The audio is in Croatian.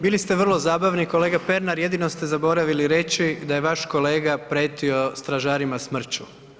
Bili ste vrlo zabavni kolega Pernar, jedino ste zaboravili reći da je vaš kolega prijetio stražarima smrću.